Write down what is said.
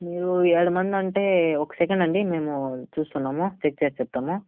మీరు ఏడుమందంటే ఒక సెకనండి మేము చూస్తున్నాము చెక్ చేసి చెప్తాము